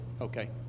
Okay